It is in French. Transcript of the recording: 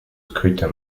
scrutin